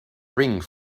ring